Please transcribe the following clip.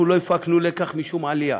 אנחנו לא הפקנו לקח משום עלייה.